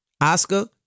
Oscar